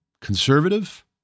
conservative